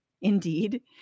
Indeed